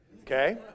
Okay